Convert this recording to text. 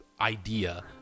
idea